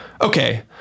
okay